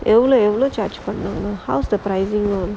எவ்ளோ எவ்ளோ:evlo evlo charge பண்ணுனாங்க:pannunaanga how's the pricing like